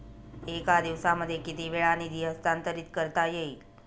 एका दिवसामध्ये किती वेळा निधी हस्तांतरीत करता येईल?